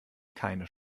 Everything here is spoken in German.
keine